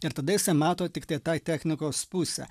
ir tada jisai mato tiktai tą technikos pusę